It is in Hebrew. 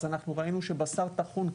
אז אנחנו ראינו שבשר טחון,